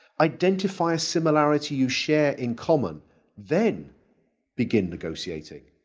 identify a similarity you share in common then begin negotiating.